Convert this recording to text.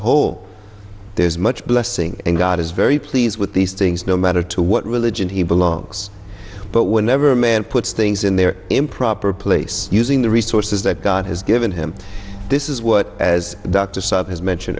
whole there's much blessing and god is very pleased with these things no matter to what religion he belongs but whenever a man puts things in their improper place using the resources that god has given him this is what as dr saad has mentioned